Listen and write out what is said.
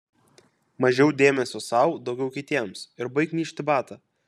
mažiau dėmesio sau daugiau kitiems ir baik myžti į batą